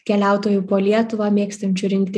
keliautoju po lietuvą mėgstančiu rinkti